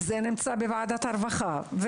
זה נמצא בוועדת הרווחה.